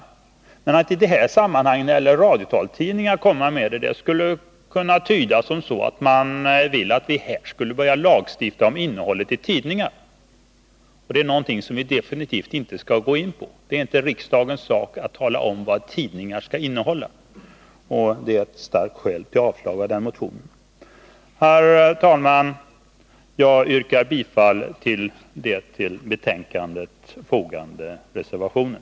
Men att föra fram detta i det här sammanhanget, när det gäller radiotaltidningar, skulle kunna tyda på att man vill att vi skall lagstifta om innehållet i tidningarna. Det är någonting som vi definitivt inte skall gå in på. Det är inte riksdagens sak att tala om vad tidningar skall innehålla, och detta är ett starkt skäl för att yrka avslag på den motionen. Herr talman! Jag yrkar bifall till den vid betänkandet fogade reservationen.